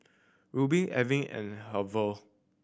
Alvan and Hervey